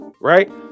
Right